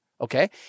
Okay